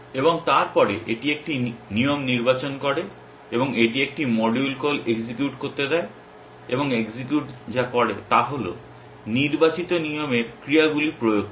এবং তারপরে এটি একটি নিয়ম নির্বাচন করে এবং এটি একটি মডিউল কল এক্সিকিউট করতে দেয় এবং এক্সিকিউট যা করে তা হল নির্বাচিত নিয়মের ক্রিয়াগুলি প্রয়োগ করে